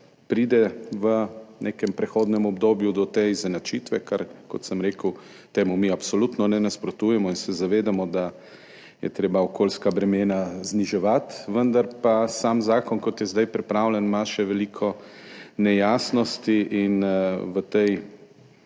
pride v nekem prehodnem obdobju do te izenačitve, kot sem rekel, temu mi absolutno ne nasprotujemo in se zavedamo, da je treba okoljska bremena zniževati, vendar pa ima sam zakon, kot je zdaj pripravljen, še veliko nejasnosti. V tej,